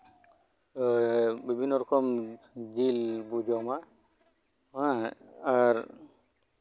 ᱟᱨ ᱵᱤᱵᱷᱤᱱᱱᱚ ᱨᱚᱠᱚᱢ ᱡᱮᱞ ᱵᱚᱱ ᱡᱚᱢᱟ ᱮᱫ ᱟᱨ